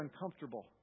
uncomfortable